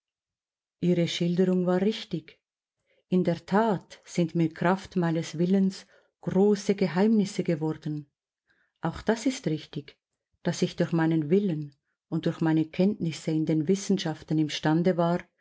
ihre schilderung war richtig in der tat sind mir kraft meines willens große geheimnisse geworden auch das ist richtig daß ich durch meinen willen und durch meine kenntnisse in den wissenschaften imstande war